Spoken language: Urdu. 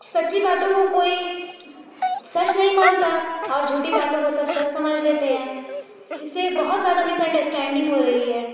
سچی باتوں کو کوئی سچ نہیں مانتا اور جھوٹی باتوں کو سب سچ سمجھ لیتے ہیں اس سے بہت زیادہ مس انڈرسٹینڈنگ ہو رہی ہے